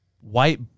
White